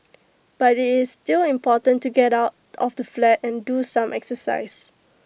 but IT is still important to get out of the flat and do some exercise